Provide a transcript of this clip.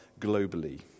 globally